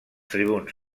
tribuns